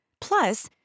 Plus